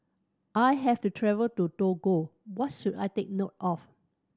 I has the travel to Togo what should I take note of